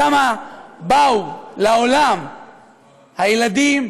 שם באו לעולם הילדים,